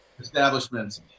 establishments